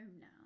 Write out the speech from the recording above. now